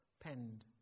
penned